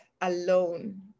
alone